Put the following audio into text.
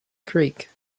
creek